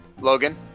Logan